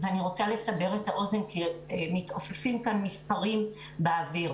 ואני רוצה לסבר את האוזן כי מתעופפים כאן מספרים באוויר,